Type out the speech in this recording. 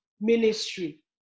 ministry